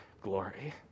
glory